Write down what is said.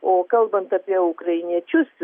o kalbant apie ukrainiečius